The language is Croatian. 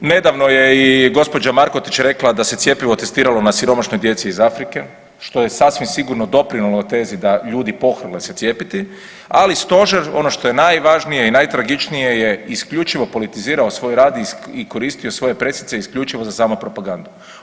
Nedavno je i gđa. Markotić rekla da se cjepivo testiralo na siromašnoj djeci iz Afrike, što je sasvim sigurno doprinjelo tezi da ljudi pohrle se cijepiti, ali stožer ono što je najvažnije i najtragičnije je isključivo politizirao svoj rad i koristio svoje pressice isključivo za samo propagandu.